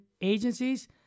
agencies